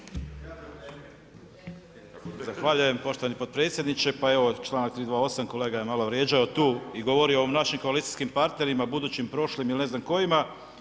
Zahvaljujem poštovani potpredsjedniče, pa evo članak 328. kolega je malo vrijeđao tu i govorio o našim koalicijskim partnerima, budućim, prošlim ili ne znam kojima.